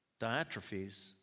Diatrophies